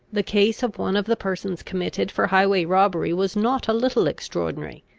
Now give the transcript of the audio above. the case of one of the persons committed for highway-robbery was not a little extraordinary.